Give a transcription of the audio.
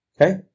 Okay